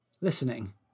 listening